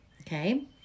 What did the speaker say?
okay